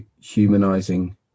humanising